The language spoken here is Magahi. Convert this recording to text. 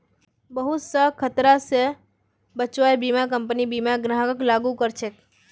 बहुत स खतरा स बचव्वार बीमा कम्पनी बीमा ग्राहकक लागू कर छेक